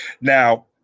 Now